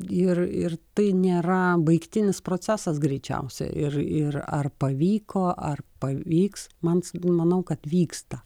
ir ir tai nėra baigtinis procesas greičiausiai ir ir ar pavyko ar pavyks man su manau kad vyksta